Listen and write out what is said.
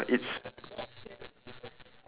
okay okay there's there's two whiskers